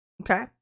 Okay